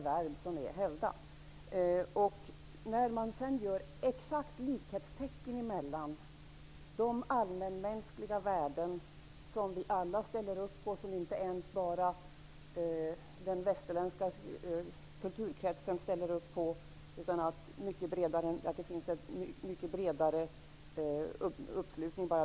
Men det är när man sätter likhetstecken mellan de allmänmänskliga värden som vi alla ställer upp på, inte bara i den västerländska kulturkretsen, och kristen etik som det blir tokigt.